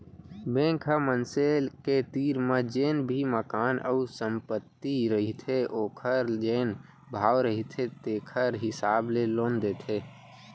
bank ह मनसे के तीर म जेन भी मकान अउ संपत्ति रहिथे ओखर जेन भाव रहिथे तेखर हिसाब ले लोन देथे